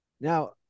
Now